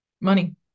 money